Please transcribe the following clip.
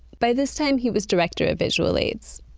by this time, he was director of visual aids.